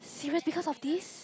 serious because of this